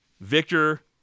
victor